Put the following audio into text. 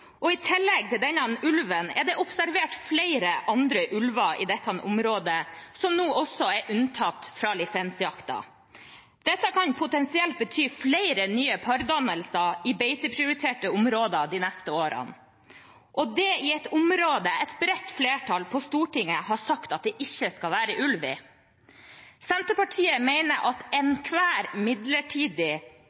I tillegg til denne ulven er det observert flere andre ulver i dette området, som nå også er unntatt fra lisensjakten. Dette kan potensielt bety flere nye pardannelser i beiteprioriterte områder de neste årene – og det i et område et bredt flertall på Stortinget har sagt at det ikke skal være ulv i. Senterpartiet mener at enhver midlertidig